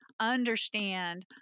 understand